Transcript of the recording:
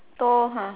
tall ah